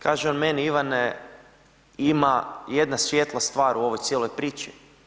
Kaže on meni, Ivane ima jedna svijetla stvar u ovoj cijeloj priči.